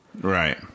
Right